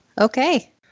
okay